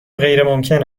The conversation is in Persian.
غیرممکن